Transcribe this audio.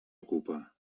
ocupa